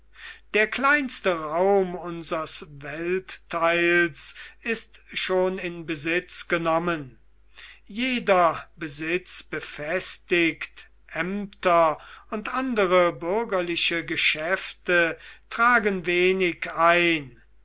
der kleinste raum unsers weltteils ist schon in besitz genommen jeder besitz befestigt ämter und andere bürgerliche geschäfte tragen wenig ein